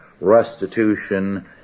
restitution